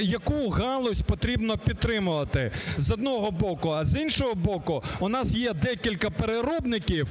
яку галузь потрібно підтримувати, з одного боку. А, з іншого боку, в нас є декілька переробників,